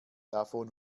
davon